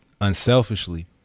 unselfishly